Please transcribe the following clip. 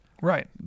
Right